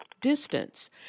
distance